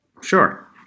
Sure